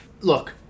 Look